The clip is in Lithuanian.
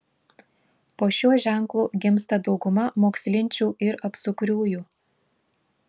po šiuo ženklu gimsta dauguma mokslinčių ir apsukriųjų